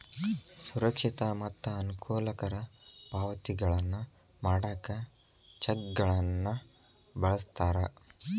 ಸುರಕ್ಷಿತ ಮತ್ತ ಅನುಕೂಲಕರ ಪಾವತಿಗಳನ್ನ ಮಾಡಾಕ ಚೆಕ್ಗಳನ್ನ ಬಳಸ್ತಾರ